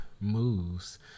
moves